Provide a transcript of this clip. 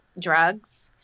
drugs